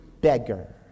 beggar